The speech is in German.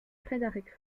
frederik